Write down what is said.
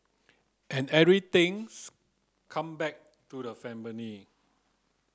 and everythings come back to the family